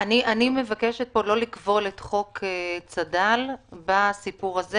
--- אני מבקשת לא לכבול פה את חוק צד"ל לסיפור הזה,